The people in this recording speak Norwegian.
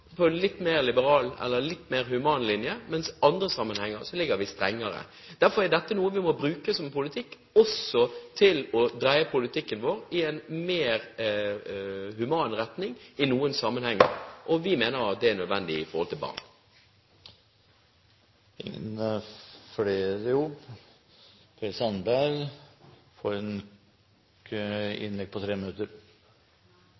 på en litt mer liberal, eller litt mer human linje, mens i andre sammenhenger er vi strengere. Derfor er dette noe vi må bruke som politikk, også for å dreie politikken vår i en mer human retning i noen sammenhenger. Vi mener at det er nødvendig i forhold til barn. Representanten Per Sandberg har hatt ordet to ganger tidligere og får ordet til en